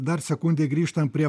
dar sekundė grįžtam prie